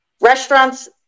restaurants